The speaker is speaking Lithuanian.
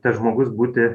tas žmogus būti